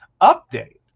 Update